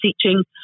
teaching